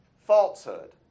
falsehood